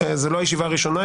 זו לא הישיבה הראשונה,